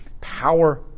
power